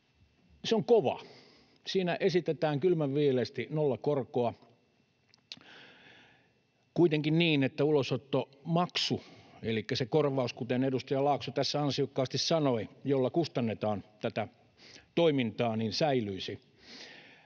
on kova, siinä esitetään kylmänviileästi nollakorkoa, kuitenkin niin, että ulosottomaksu, elikkä se korvaus — kuten edustaja Laakso tässä ansiokkaasti sanoi — jolla kustannetaan tätä toimintaa, säilyisi.